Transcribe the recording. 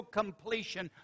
completion